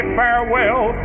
farewell